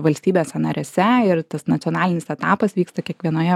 valstybėse narėse ir tas nacionalinis etapas vyksta kiekvienoje